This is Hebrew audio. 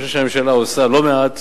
אני חושב שהממשלה עושה לא מעט